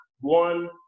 one